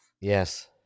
Yes